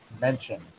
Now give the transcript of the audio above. mention